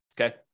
Okay